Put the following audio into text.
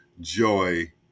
joy